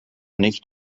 nicht